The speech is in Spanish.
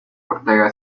ortega